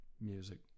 music